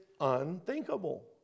unthinkable